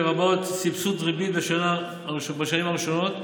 לרבות סבסוד ריבית בשנים הראשונות,